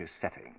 setting